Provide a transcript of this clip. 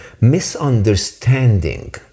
misunderstanding